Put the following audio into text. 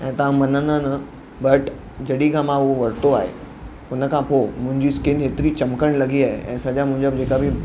ऐं तव्हां मञदा न बट जॾहिं खां मां हो वरितो आहे उनखां पोइ मुंहिंजी स्किन एतिरी चमकण लॻी आहे ऐं सॼा मुंहिंजा जेका बि